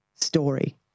story